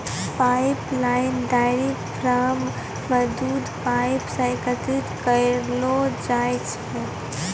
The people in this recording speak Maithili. पाइपलाइन डेयरी फार्म म दूध पाइप सें एकत्रित करलो जाय छै